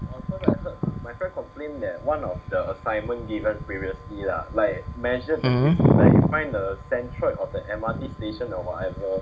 mm